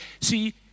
See